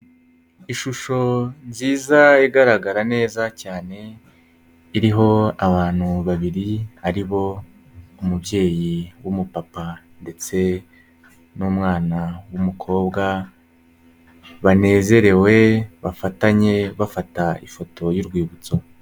Ishusho nziza igaragara neza cyane, iriho abantu babiri ari bo umubyeyi w'umupapa ndetse n'umwana w'umukobwa, banezerewe bafatanye bafata ifoto y'urwibutso.